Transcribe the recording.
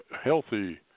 healthy –